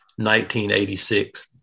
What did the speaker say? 1986